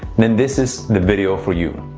then this is the video for you.